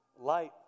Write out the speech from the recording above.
Light